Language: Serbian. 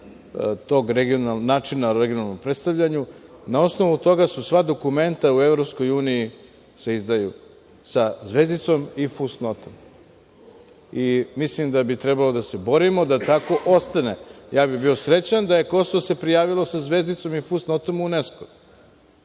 tog načina o regionalnom predstavljanju. Na osnovu toga sva dokumenta u EU se izdaju sa zvezdicom i fusnotom. Mislim da bi trebalo da se borimo da tako ostane. Ja bih bio srećan da se Kosovo prijavilo sa zvezdicom i fusnotom u UNESKO.